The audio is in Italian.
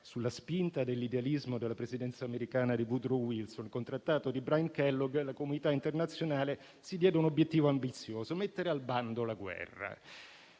sulla spinta dell'idealismo della presidenza americana di Woodrow Wilson, con il patto Briand-Kellogg, la comunità internazionale si diede un obiettivo ambizioso: mettere al bando la guerra.